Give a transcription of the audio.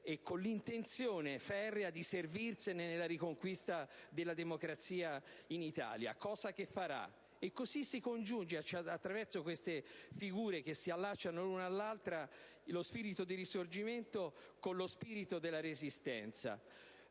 con l'intenzione ferrea di servirsene nella riconquista della democrazia in Italia. Cosa che farà. È così, attraverso queste figure che si allacciano l'una all'altra, che lo spirito del Risorgimento si congiunge con lo spirito della Resistenza.